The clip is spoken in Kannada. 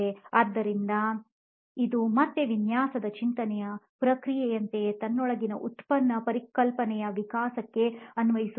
ಆದ್ದರಿಂದ ಇದು ಮತ್ತೆ ವಿನ್ಯಾಸದ ಚಿಂತನೆಯ ಪ್ರಕ್ರಿಯೆಯಂತೆಯೇ ತನ್ನೊಳಗಿನ ಉತ್ಪನ್ನ ಪರಿಕಲ್ಪನೆಯ ವಿಕಾಸಕ್ಕೆ ಅನ್ವಯಿಸುತ್ತದೆ